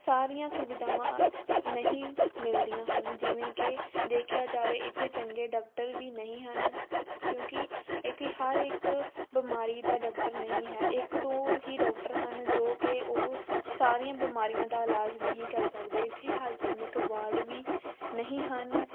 ਸਾਰੀਆਂ ਸੁਵਿਧਾਵਾਂ ਅ ਨਹੀਂ ਮਿਲਦੀਆਂ ਹਨ ਜਿਵੇਂ ਕਿ ਦੇਖਿਆ ਜਾਵੇ ਇੱਥੇ ਚੰਗੇ ਡਕਟਰ ਵੀ ਨਹੀਂ ਹਨ ਕਿਉਂਕਿ ਇੱਥੇ ਹਰ ਇੱਕ ਬਿਮਾਰੀ ਦਾ ਡੋਕਟਰ ਨਹੀਂ ਹੈ ਇੱਕ ਦੋ ਹੀ ਡੋਕਟਰ ਹਨ ਜੋ ਕਿ ਉਹ ਸਾਰੀਆਂ ਬਿਮਾਰੀਆਂ ਦਾ ਇਲਾਜ ਨਹੀਂ ਕਰ ਸਕਦੇ ਇੱਥੇ ਹਾਈਜੀਨਿਕ ਵਾਰਡ ਵੀ ਨਹੀਂ ਹਨ